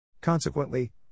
Consequently